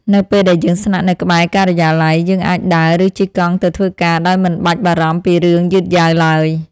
នៅពេលដែលយើងស្នាក់នៅក្បែរការិយាល័យ យើងអាចដើរ ឬជិះកង់ទៅធ្វើការដោយមិនបាច់បារម្ភពីរឿងយឺតយ៉ាវឡើយ។